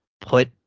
put